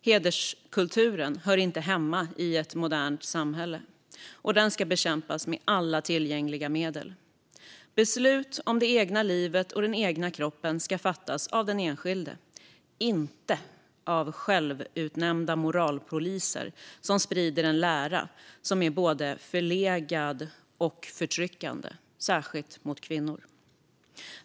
Hederskulturen hör inte hemma i ett modernt samhälle, och den ska bekämpas med alla tillgängliga medel. Beslut om det egna livet och den egna kroppen ska fattas av den enskilde, inte av självutnämnda moralpoliser som sprider en lära som är både förlegad och förtryckande, särskilt mot kvinnor.